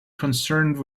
concerned